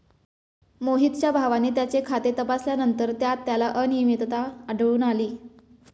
मोहितच्या भावाने त्याचे खाते तपासल्यानंतर त्यात त्याला अनियमितता आढळून आली